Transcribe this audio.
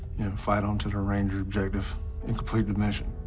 fight on to the ranger objective and complete the mission.